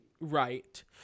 right